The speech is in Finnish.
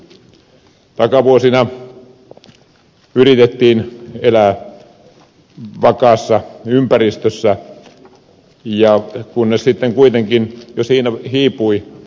takavuosina yritettiin elää vakaassa ympäristössä kunnes sitten kuitenkin kilpailukyky hiipui